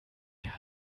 mehr